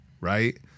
right